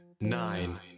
nine